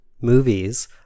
movies